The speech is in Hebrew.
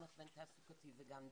גם הכוון תעסוקתי וגם דיור,